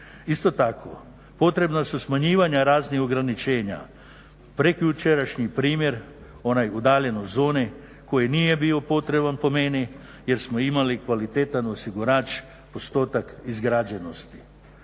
Isto tako potrebna su smanjivanja raznih ograničenja, prekjučerašnji primjer onaj o udaljenoj zoni koji nije bio potreban po meni jer smo imali kvalitetan osigurač postotak izgrađenosti.